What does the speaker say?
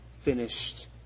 finished